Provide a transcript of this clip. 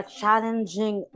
challenging